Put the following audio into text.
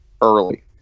early